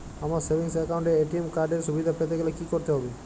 আমার savings account এ ATM card এর সুবিধা পেতে গেলে কি করতে হবে?